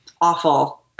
awful